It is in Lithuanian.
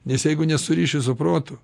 nes jeigu nesuriši su protu